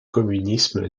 communisme